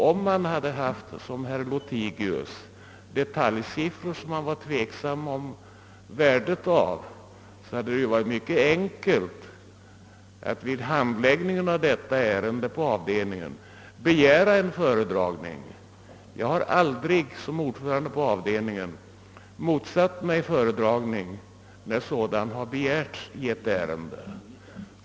Om man som herr Lothigius var tveksam beträffande vissa detaljsiffror, hade det varit mycket enkelt att vid handläggningen av frågan på avdelningen begära en föredragning. Jag har aldrig som ordförande i avdelningen motsatt mig föredragning, när sådan begärts i ett ärende.